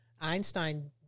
Einstein